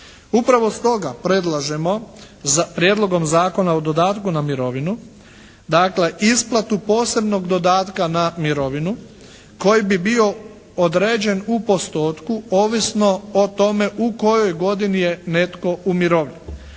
Upravo stoga predlažemo Prijedlogom zakona o dodatku na mirovinu, dakle isplatu posebnog dodatka na mirovinu koji bi bio određen u postotku ovisno o tome u kojoj godini je netko umirovljen.